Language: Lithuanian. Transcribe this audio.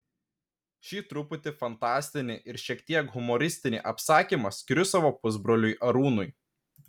šį truputį fantastinį ir šiek tiek humoristinį apsakymą skiriu savo pusbroliui arūnui